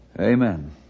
Amen